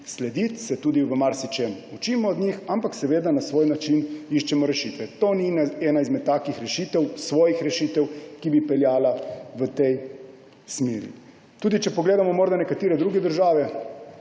slediti, se tudi v marsičem učimo od njih, ampak seveda na svoj način iščemo rešitve. To ni ena izmed takih rešitev, svojih rešitev, ki bi peljala v tej smeri. Tudi če pogledamo morda nekatere druge države,